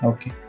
Okay